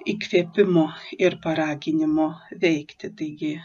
įkvėpimo ir paraginimo veikti taigi